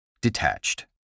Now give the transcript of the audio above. Detached